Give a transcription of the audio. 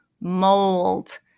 mold